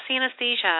anesthesia